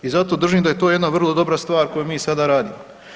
I zato držim da je to jedna vrlo dobra stvar koju mi sada radimo.